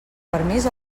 permís